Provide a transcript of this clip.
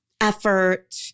effort